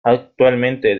actualmente